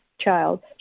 child